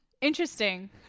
Interesting